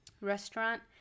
restaurant